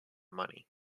money